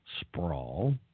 sprawl